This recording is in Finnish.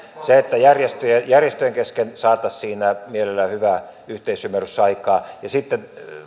se että järjestöjen kesken saataisiin siinä mielellään hyvä yhteisymmärrys aikaan ja sitten